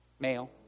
Male